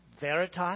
Veritas